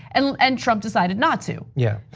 and and trump decided not to. yeah,